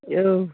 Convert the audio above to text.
औ